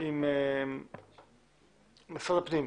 משרד הפנים,